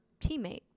teammate